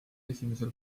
esimesel